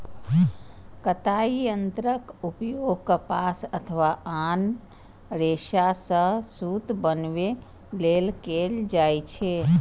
कताइ यंत्रक उपयोग कपास अथवा आन रेशा सं सूत बनबै लेल कैल जाइ छै